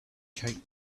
cape